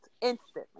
instantly